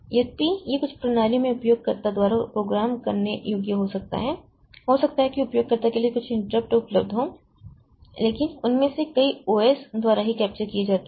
यद्यपि यह कुछ प्रणालियों में उपयोगकर्ता द्वारा प्रोग्राम करने योग्य हो सकता है हो सकता है कि उपयोगकर्ता के लिए कुछ इंटरपट उपलब्ध हों लेकिन उनमें से कई ओ एस द्वारा ही कैप्चर किए जाते हैं